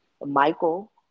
Michael